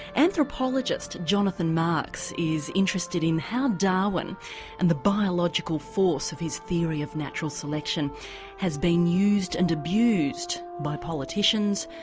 anthropologist jonathan marks is interested in how darwin and the biological force of his theory of natural selection has been used and abused by politicians,